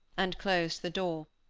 and closed the door.